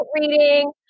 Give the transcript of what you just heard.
reading